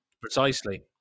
Precisely